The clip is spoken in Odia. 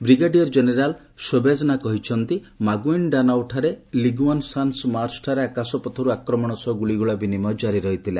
ବ୍ରିଗେଡିୟର୍ ଜେନେରାଲ୍ ସୋବେଜନା କହିଛନ୍ତି ଯେ ମାଗୁଇନ୍ଡାନାଓର ଲିଗୁଆସାନ୍ମାର୍ସଠାରେ ଆକାଶପଥରୁ ଆକ୍ରମଣ ସହ ଗୁଳିଗୋଳା ବିନିମୟ ଜାରି ରହିଥିଲା